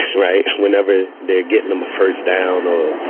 right? whenever they are getting them a first down or,